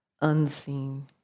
unseen